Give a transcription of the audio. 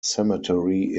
cemetery